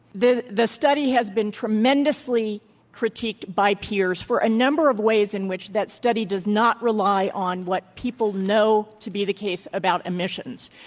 the the study has been tremendously critiqued by peers for a number of ways in which that study does not rely on what people know to be the case about emissions.